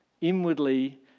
inwardly